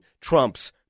Trump's